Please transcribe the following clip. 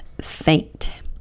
Faint